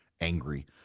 angry